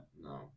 No